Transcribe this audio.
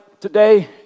today